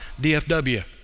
DFW